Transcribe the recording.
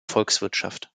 volkswirtschaft